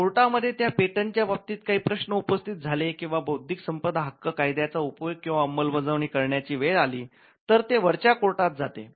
कोर्टामध्ये त्या पेटंटच्या बाबतीत काही प्रश्न उपस्थित झाले किंवा बौद्धिक संपदा हक्क कायद्याचा उपयोग किंवा अंमलबजावणी करण्याची वेळ आली तर ते वरच्या कोर्टात जाते